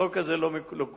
החוק הזה לא קוים